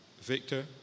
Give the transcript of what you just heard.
Victor